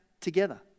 together